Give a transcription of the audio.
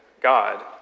God